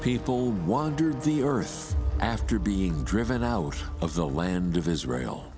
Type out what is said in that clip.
people wandered the earth after being driven out of the land of israel